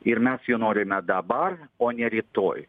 ir mes jų norime dabar o ne rytoj